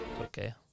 okay